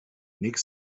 нэг